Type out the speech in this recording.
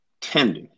tender